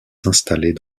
s’installer